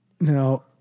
Now